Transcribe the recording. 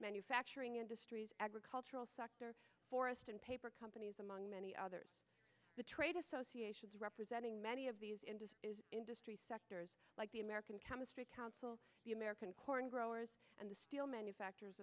manufacturing industries agricultural sector forest and paper companies among many other the trade association representing many of these in the industry sectors like the american chemistry council the american corn growers and the steel manufacture